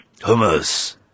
Hummus